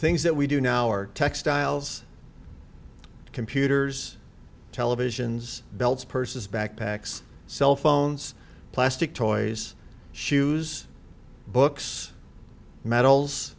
things that we do now are textiles computers televisions belts purses backpacks cellphones plastic toys shoes books metals